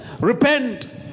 Repent